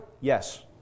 Yes